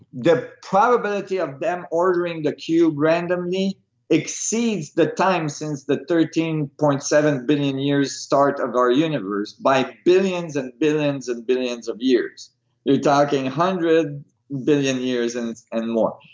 the probability of them ordering the cube randomly exceeds the time since the thirteen point seven billion years start of our universe by billions and billions and billions of years you're talking hundred billion years and and more.